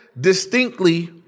distinctly